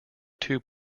two